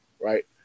right